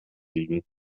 liegen